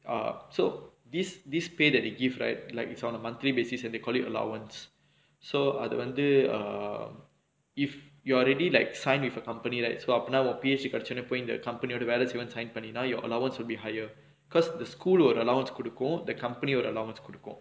err so this this pay that they give like like it's on a monthly basis and they call it allowance so அது வந்து:athu vanthu if you're already like sign with a company like so அப்பனா உன்:appanaa un P_H_D கிடைச்சோன போயி இந்த:kidaichona poyi intha company ஓட வேல செய்வேனு:oda vela seivaenu sign பண்ணீனா:panneenaa your allowance will be higher because the school ஒரு:oru allowance குடுக்கும்:kudukkum the company ஒரு:oru allowance குடுக்கும்:kudukkum